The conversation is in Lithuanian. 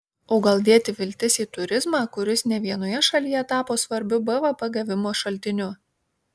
o gal dėti viltis į turizmą kuris ne vienoje šalyje tapo svarbiu bvp gavimo šaltiniu